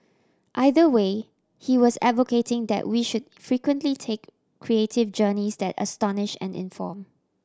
either way he was advocating that we should frequently take creative journeys that astonish and inform